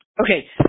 Okay